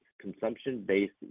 consumption-based